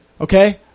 Okay